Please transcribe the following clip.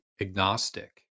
agnostic